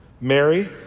Mary